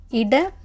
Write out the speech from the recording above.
ida